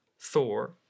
Thor